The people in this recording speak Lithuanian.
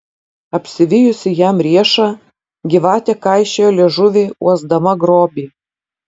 apsivijusi jam riešą gyvatė kaišiojo liežuvį uosdama grobį